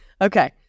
Okay